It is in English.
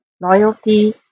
loyalty